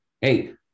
Hey